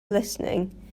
listening